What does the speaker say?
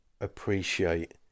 appreciate